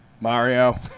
Mario